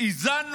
איזנו